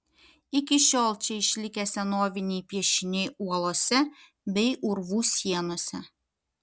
iki šiol čia išlikę senoviniai piešiniai uolose bei urvų sienose